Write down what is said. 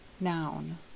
Noun